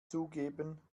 zugeben